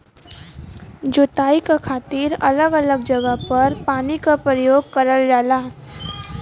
जोताई क खातिर अलग अलग जगह पर पानी क परयोग करल जाला